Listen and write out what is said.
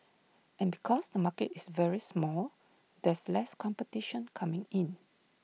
and because the market is very small there's less competition coming in